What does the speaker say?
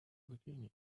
bikini